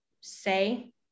say